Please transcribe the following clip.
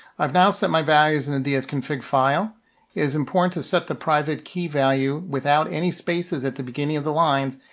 i've now set my values in and the dsconfig file. it is important to set the private key value without any spaces at the beginning of the lines,